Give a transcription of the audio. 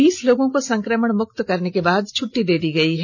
बीस लोगों को संक्रमण मुक्त करने के बाद छट्टी दे दी गई है